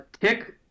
Tick